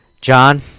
John